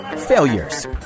failures